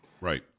Right